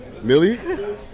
Millie